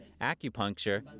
acupuncture